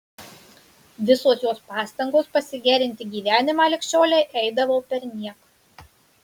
visos jos pastangos pasigerinti gyvenimą lig šiolei eidavo perniek